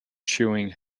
chewing